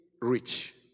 Rich